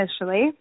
initially